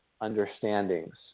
understandings